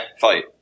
fight